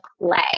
play